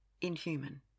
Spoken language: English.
inhuman